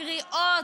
הקריאות,